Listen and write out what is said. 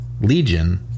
Legion